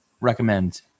recommend